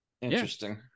interesting